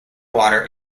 water